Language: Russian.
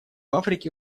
африке